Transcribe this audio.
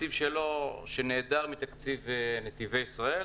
תקציב שנעדר מתקציב נתיבי ישראל,